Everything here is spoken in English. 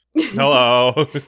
Hello